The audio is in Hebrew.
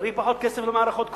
צריך פחות כסף למערכות כפולות,